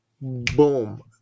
boom